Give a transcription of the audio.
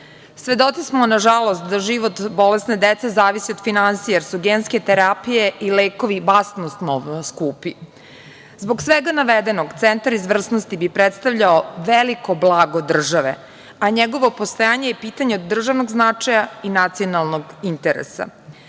smo, nažalost, da život bolesne dece zavisi od finansija, jer su genske terapije i lekovi basnoslovno skupi. Zbog svega navedenog, centar izvrsnosti bi predstavljao veliko blago države, a njegovo postojanje je pitanje od državnog značaja i nacionalnog interesa.